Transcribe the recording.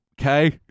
Okay